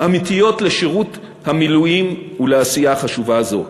אמיתיות לשירות המילואים ולעשייה חשובה זו.